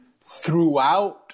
throughout